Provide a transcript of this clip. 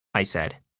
i said.